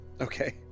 Okay